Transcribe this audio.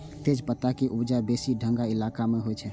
तेजपत्ता के उपजा बेसी ठंढा इलाका मे होइ छै